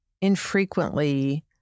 infrequently